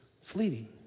fleeting